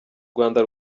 rwanda